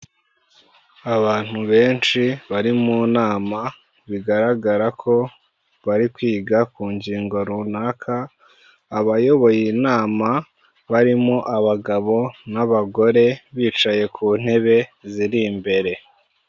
Abantu benshi bari mu nama, bigaragara ko bari kwiga ku ngingo runaka, abayoboye inama, barimo abagabo n'abagore, bicaye ku ntebe ziri imbere.